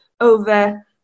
over